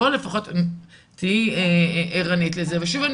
פה לפחות תהיי ערנית לזה ושוב,